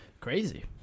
Crazy